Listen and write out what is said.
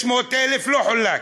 600,000 לא חולק.